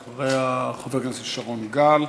אחריה, חבר הכנסת שרון גל,